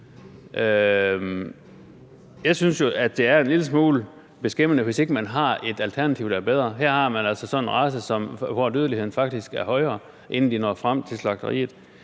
Jeg synes jo, at det er en lille smule beskæmmende, hvis ikke man har et alternativ, der er bedre. Her har man altså så en race, hvor dødeligheden faktisk er højere, inden de når frem til slagteriet.